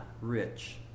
rich